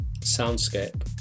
soundscape